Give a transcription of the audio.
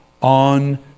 on